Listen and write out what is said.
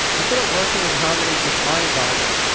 instead of working in harmony with my environment,